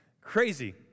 crazy